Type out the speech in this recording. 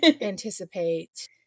anticipate